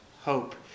hope